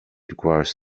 requires